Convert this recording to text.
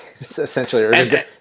essentially